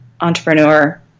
entrepreneur